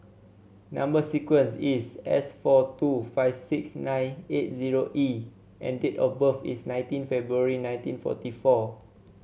number sequence is S four two five six nine eight zero E and date of birth is nineteen February nineteen forty four